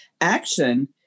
Action